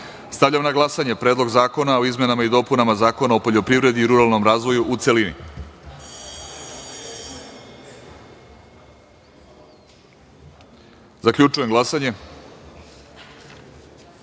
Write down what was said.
RAZVOJU.Stavljam na glasanje Predlog zakona o izmenama i dopunama Zakona o poljoprivredi i ruralnom razvoju, u celini. Zaključujem glasanje: